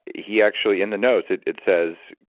he actually, in the notes it it says,